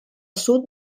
sud